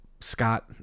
scott